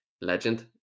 legend